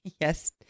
yes